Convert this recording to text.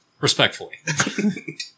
Respectfully